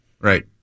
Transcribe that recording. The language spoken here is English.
right